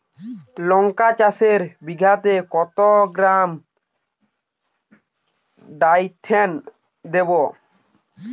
লঙ্কা চাষে বিঘাতে কত গ্রাম ডাইথেন দেবো?